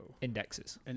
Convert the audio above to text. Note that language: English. indexes